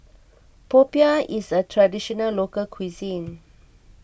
Popiah is a Traditional Local Cuisine